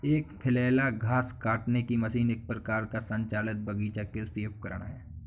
एक फ्लैल घास काटने की मशीन एक प्रकार का संचालित बगीचा कृषि उपकरण है